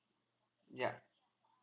ya